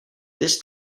this